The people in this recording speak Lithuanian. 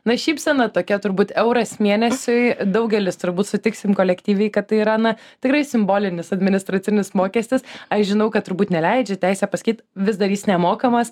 na šypsena tokia turbūt euras mėnesiui daugelis turbūt sutiksim kolektyviai kad tai yra na tikrai simbolinis administracinis mokestis aš žinau kad turbūt neleidžia teisę pasakyt vis dar jis nemokamas